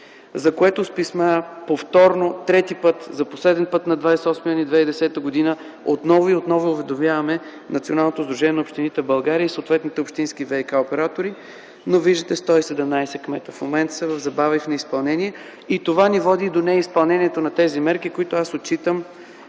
за което с писма повторно, трети път, за последен път на 28 юни 2010 г., отново и отново уведомяване Националното сдружение на общините в България и съответните общински ВиК-оператори, но виждате 117 кмета в момента са в забавено изпълнение. Това ни води до неизпълнението на тези мерки, които аз отчитам,